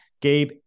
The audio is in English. Gabe